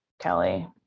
Kelly